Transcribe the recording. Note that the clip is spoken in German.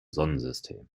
sonnensystem